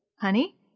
Honey